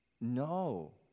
No